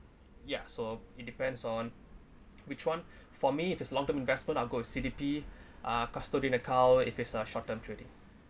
ya so it depends on which [one] for me if it's long term investment I'll go with C_D_P ah custodian account if it's a short term trading